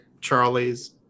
charlies